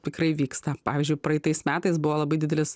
tikrai vyksta pavyzdžiui praeitais metais buvo labai didelis